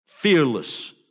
Fearless